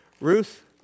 Ruth